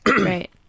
Right